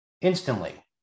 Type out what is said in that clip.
instantly